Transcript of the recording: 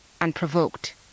unprovoked